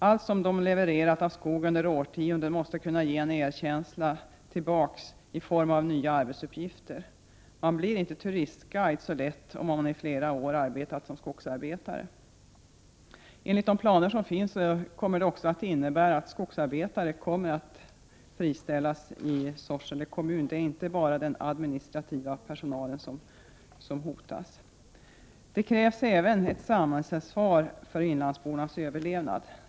Allt som de levererat av skog under årtionden måste kunna föranleda en erkänsla i form av nya arbetsuppgifter. Man blir inte turistguide så lätt om man i flera år har arbetat som skogsarbetare. Enligt planerna kommer också skogsarbetare att friställas i Sorsele kommun, varför det inte är bara administrativ personal som hotas. Det krävs även ett samhällsansvar för inlandsbornas överlevnad.